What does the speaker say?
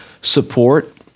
support